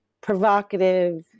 provocative